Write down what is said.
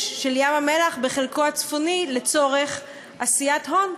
של ים-המלח בחלקו הצפוני לצורך עשיית הון,